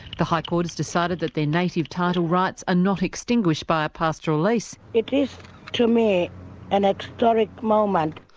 the high court has decided that their native title rights are ah not extinguished by a pastoral lease. it is to me and an historic moment.